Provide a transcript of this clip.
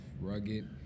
rugged